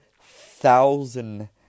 thousand